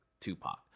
Tupac